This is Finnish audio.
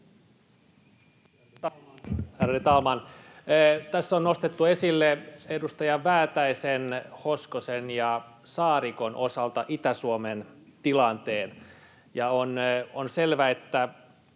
Tässä on nostettu esille edustaja Väätäisen, Hoskosen ja Saarikon osalta Itä-Suomen tilanne, ja on selvä, että